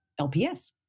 LPS